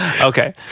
okay